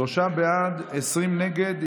שלושה בעד, 20 נגד.